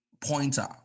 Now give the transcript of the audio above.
pointer